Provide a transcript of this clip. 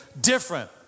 different